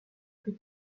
plus